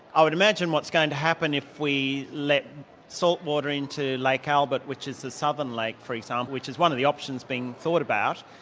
i would imagine what's going to happen if we let salt water into lake like albert, which is a southern lake for example, which is one of the options being thought about.